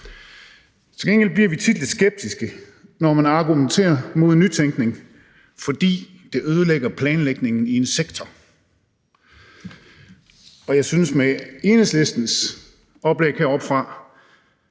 Til gengæld bliver vi tit lidt skeptiske, når man argumenterer mod nytænkning, fordi det ødelægger planlægningen i en sektor, og med Enhedslistens oplæg heroppefra